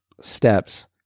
steps